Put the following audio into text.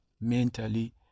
mentally